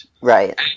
Right